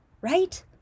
right